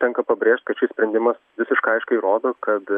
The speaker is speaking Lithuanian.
tenka pabrėžt kad šis sprendimas visiškai aiškiai rodo kad